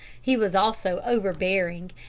he was also overbearing,